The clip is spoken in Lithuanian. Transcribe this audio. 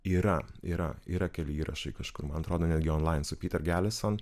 yra yra yra keli įrašai kažkur man atrodo netgi onlain su pyter galison